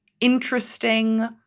interesting